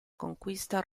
conquista